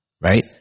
right